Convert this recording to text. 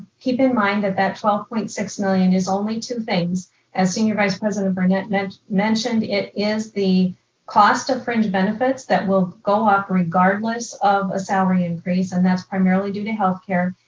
keep in mind that that twelve point six million is only two things as senior vice president burnett and mentioned, it is the cost of fringe benefits that will go up regardless of a salary increase. and that's primarily due to health care.